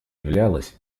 являлось